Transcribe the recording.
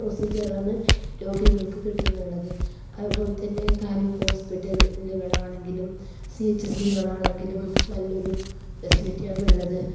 പ്രൊസീജിയറാണ് രോഗികൾക്ക് കിട്ടുക എന്നുള്ളത് അതുപോലെ തന്നെ താലൂക്ക് ഹോസ്പിറ്റലുകളാണെങ്കിലും സി എച്ച് സികളാണെങ്കിലും നല്ലൊരു ഫെസിലിറ്റിയാണ് ഉള്ളത്